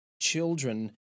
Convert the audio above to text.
children